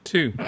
Two